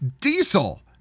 diesel